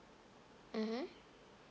mmhmm